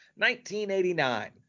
1989